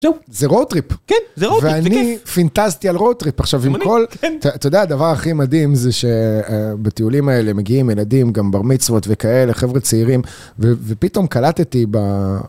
זהו, זה רוד טריפ. כן, זה רוד טריפ, זה כיף. ואני פינטזתי על רוד טריפ עכשיו עם כל... אתה יודע, הדבר הכי מדהים זה שבטיולים האלה מגיעים ילדים, גם בר מצוות וכאלה, חבר'ה צעירים, ופתאום קלטתי ב...